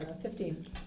fifteen